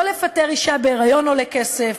לא לפטר אישה בהיריון עולה כסף,